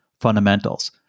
fundamentals